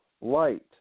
light